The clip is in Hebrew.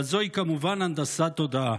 אבל זוהי כמובן הנדסת תודעה.